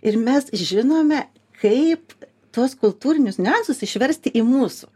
ir mes žinome kaip tuos kultūrinius niuansus išversti į mūsų